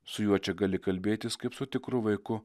su juo čia gali kalbėtis kaip su tikru vaiku